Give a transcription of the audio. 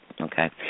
Okay